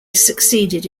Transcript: succeeded